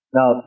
Now